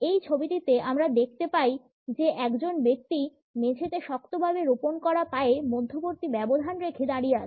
এই ছবিটিতে আমরা দেখতে পাই যে একজন ব্যক্তি মেঝেতে শক্তভাবে রোপণ করা পায়ে মধ্যবর্তী ব্যবধান রেখে দাঁড়িয়ে আছে